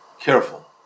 careful